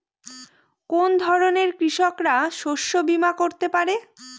কোন ধরনের কৃষকরা শস্য বীমা করতে পারে?